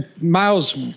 miles